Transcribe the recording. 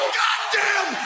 goddamn